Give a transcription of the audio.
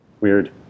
Weird